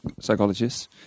psychologists